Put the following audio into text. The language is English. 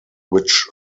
which